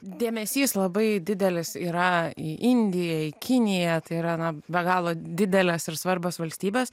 dėmesys labai didelis yra į indiją į kiniją tai yra be galo didelės ir svarbios valstybės